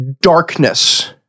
darkness